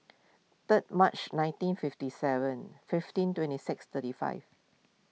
third March nineteen fifty seven fifteen twenty six thirty five